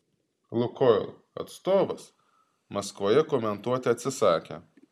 lukoil atstovas maskvoje komentuoti atsisakė